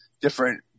different